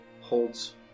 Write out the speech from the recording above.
holds